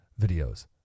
videos